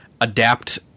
adapt